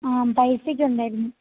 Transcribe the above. ആ പൈസയൊക്കെയുണ്ടായിരുന്നു